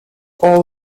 all